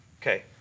okay